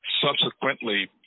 subsequently